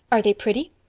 are they pretty?